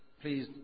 please